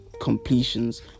completions